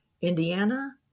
Indiana